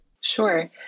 Sure